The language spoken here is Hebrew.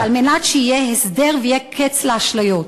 ועל מנת שיהיה הסדר ויהיה קץ לאשליות.